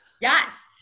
Yes